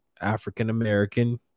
African-American